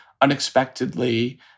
unexpectedly